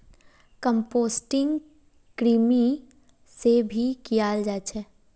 composting कृमि से भी कियाल जा छे